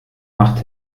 macht